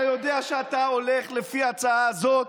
אתה יודע שאתה הולך, לפי ההצעה הזאת,